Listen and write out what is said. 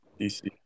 dc